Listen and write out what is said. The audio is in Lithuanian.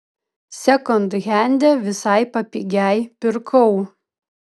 sekondhende visai papigiai pirkau